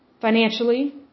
Financially